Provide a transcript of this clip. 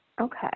Okay